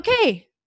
Okay